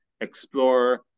explore